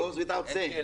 It goes without saying.